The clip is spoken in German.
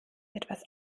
etwas